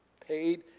Paid